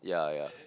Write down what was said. yeah yeah